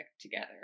together